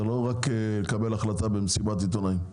זה לא רק לקבל החלטה במסיבת עיתונאים.